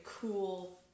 cool